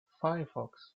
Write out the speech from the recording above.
firefox